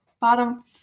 bottom